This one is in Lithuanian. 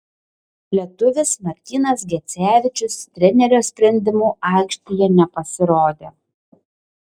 lietuvis martynas gecevičius trenerio sprendimu aikštėje nepasirodė